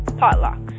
potlucks